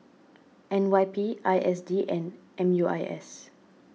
N Y P I S D and M U I S